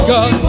God